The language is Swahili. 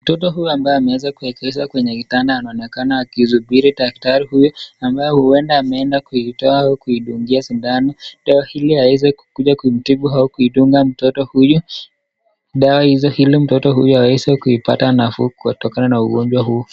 Mtoto huyu ambaye ameweza kuegezwa kwenye kitanda anaonekana akisuburi daktari huyu ambaye huenda ameenda kuitoa au kuidungia sindano ndo hili aweze kukuja kumtibu au kuidunga mtoto huyu dawa hizo ili mtoto huyu aweze kuipata nafuu kutokana na ugonjwa huu